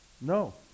No